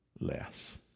less